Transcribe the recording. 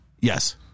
Yes